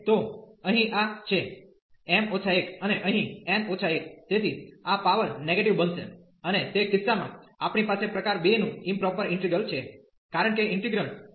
તો અહીં આ છે m 1 અને અહીં n 1 તેથી આ પાવર નેગેટીવ બનશે અને તે કિસ્સામાં આપણી પાસે પ્રકાર 2 નું ઈમપ્રોપર ઈન્ટિગ્રલ છે કારણ કે ઈન્ટિગ્રેન્ડ અનબાઉન્ડ થઈ રહ્યું છે